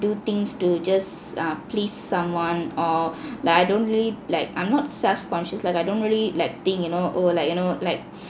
do things to just err please someone or like I don't really like I'm not self conscious like I don't really like think you know oh like you know like